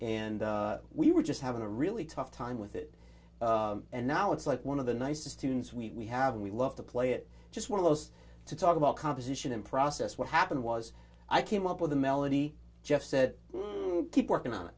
and we were just having a really tough time with it and now it's like one of the nicest tunes we have and we love to play it just one of those to talk about composition and process what happened was i came up with the melody just said keep working on